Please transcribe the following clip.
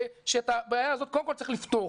שאת הבעיה הזאת קודם כל צריך לפתור.